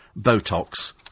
Botox